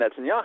Netanyahu